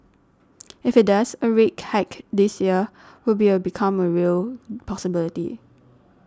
if it does a rake hike this year will be a become a real possibility